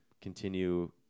Continue